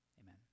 Amen